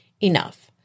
enough